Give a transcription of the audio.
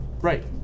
Right